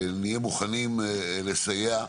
נהיה מוכנים לסייע,